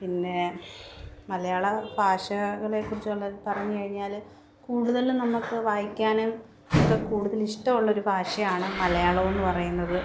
പിന്നെ മലയാള ഭാഷകളെക്കുറിച്ചുള്ള പറഞ്ഞ് കഴിഞ്ഞാൽ കൂടുതലും നമുക്ക് വായിക്കാനും ഒക്കെ കൂടുതൽ ഇഷ്ടമുള്ളൊരു ഭാഷയാണ് മലയാളം എന്ന് പറയുന്നത്